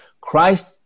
Christ